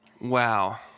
Wow